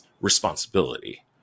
responsibility